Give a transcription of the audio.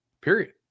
Period